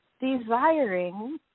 desiring